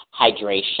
hydration